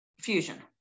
fusion